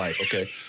okay